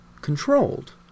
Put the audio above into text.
controlled